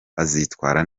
azitwara